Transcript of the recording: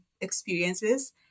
experiences